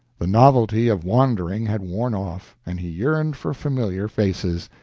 the novelty of wandering had worn off, and he yearned for familiar faces,